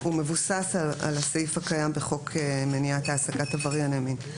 הוא מבוסס על הסעיף הקיים בחוק מניעת העסקת עברייני מין.